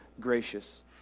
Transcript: gracious